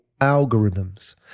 algorithms